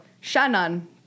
Shannon